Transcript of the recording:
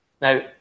now